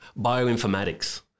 bioinformatics